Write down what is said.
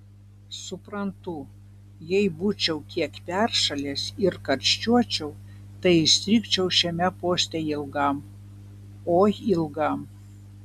suprantu jei būčiau kiek peršalęs ir karščiuočiau tai įstrigčiau šiame poste ilgam oi ilgam